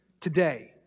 today